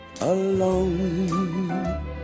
Alone